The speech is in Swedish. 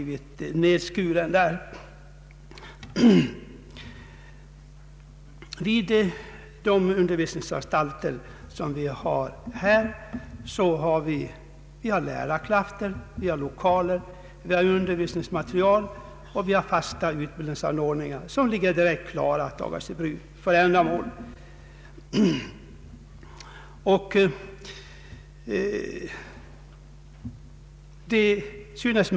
Vid de undervisningsanstalter som finns har vi lärarplatser, lokaler, undervisningsmaterial och fasta utbildningsanordningar redo att tas i bruk för ändamålet.